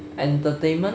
entertainment